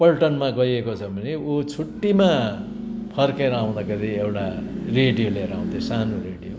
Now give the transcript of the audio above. पल्टनमा गएको छ भने उ छुट्टीमा फर्केर आउँदाखेरि एउडा रेडियो लिएर आउँथ्यो सानो रेडियो